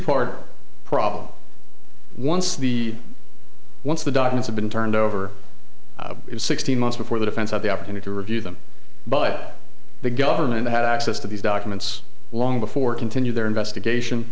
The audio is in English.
part problem once the once the dogmas have been turned over sixteen months before the defense of the opportunity to review them but the government had access to these documents long before continue their investigation